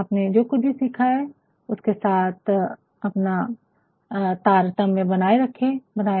आपने जो कुछ भी सीखा उसके साथ बनाये